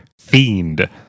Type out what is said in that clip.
Fiend